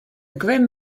grim